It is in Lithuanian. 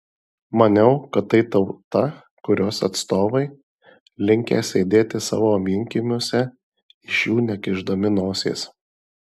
maniau kad tai tauta kurios atstovai linkę sėdėti savo vienkiemiuose iš jų nekišdami nosies